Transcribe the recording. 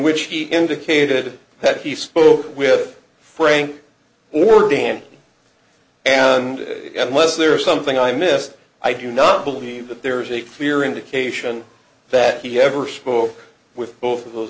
which he indicated that he spoke with frank or dan and was there something i missed i do not believe that there is a clear indication that he ever spoke with both of those